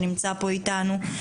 שנמצא פה איתנו.